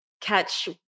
catch